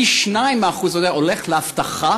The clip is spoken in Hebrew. פי-שניים מזה הולך לאבטחה